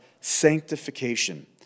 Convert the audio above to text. sanctification